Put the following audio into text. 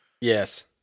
Yes